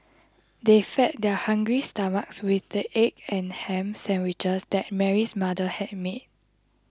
they fed their hungry stomachs with the egg and ham sandwiches that Mary's mother had made